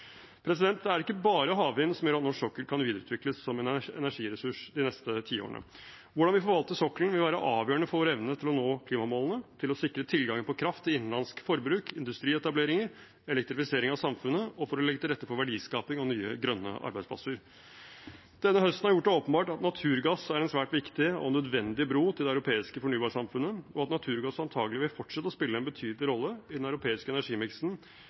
er det ikke bare havvind som gjør at norsk sokkel kan videreutvikles som en energiressurs de neste ti årene. Hvordan vi forvalter sokkelen, vil være avgjørende for evnene til å nå klimamålene, til å sikre tilgang på kraft til innenlandsk forbruk, industrietableringer, elektrifisering av samfunnet, og for å legge til rette for verdiskaping og nye grønne arbeidsplasser. Denne høsten har gjort det åpenbart at naturgass er en svært viktig og nødvendig bro til det europeiske fornybarsamfunnet, og at naturgass antakelig vil fortsette å spille en betydelig rolle i den europeiske energimiksen